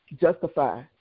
justify